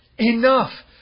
enough